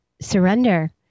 surrender